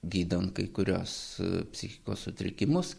gydant kai kuriuos psichikos sutrikimus